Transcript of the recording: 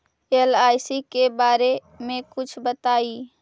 LIC के बारे मे कुछ बताई?